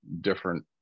different